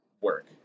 work